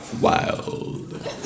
Wild